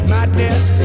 Madness